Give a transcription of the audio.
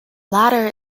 latter